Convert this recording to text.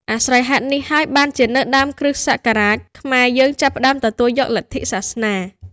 អាស្រ័យហេតុនេះហើយ បានជានៅដើមគ្រិស្តសករាជ ខ្មែរយើងចាប់ផ្តើមទទួលយកលទ្ធិសាសនា។